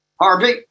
Harvey